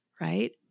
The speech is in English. Right